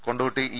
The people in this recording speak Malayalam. കൊണ്ടോട്ടി ഇ